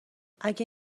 اگه